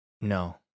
no